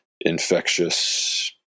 infectious